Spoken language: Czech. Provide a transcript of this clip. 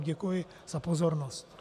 Děkuji za pozornost.